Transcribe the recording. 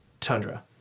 tundra